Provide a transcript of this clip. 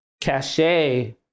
cachet